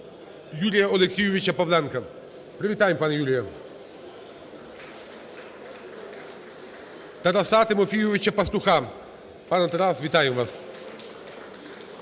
Юрія Олексійовича Павленка. Привітаємо пана Юрія. Тараса Тимофійовича Пастуха. Пане Тарас, вітаємо вас.